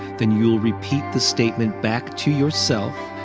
then you'll repeat the statement back to yourself,